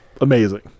amazing